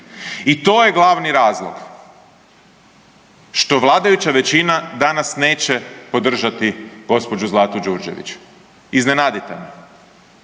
I to je glavni razlog što vladajuća većina danas neće podržati gđu. Zlatu Đurđević, iznenadite me.